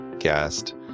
guest